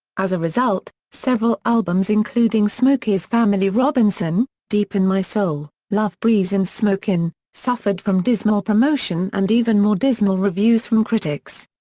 as a result, several albums including smokey's family robinson, deep in my soul, love breeze and smokin, suffered from dismal promotion and even more dismal reviews from critics.